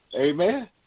Amen